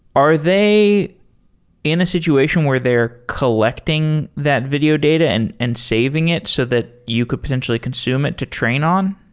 are they in a situation where they're collecting that video data and and saving it so that you could potentially consume it to train on?